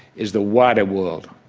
is the wider world,